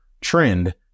trend